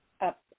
up